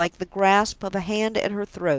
like the grasp of a hand at her throat,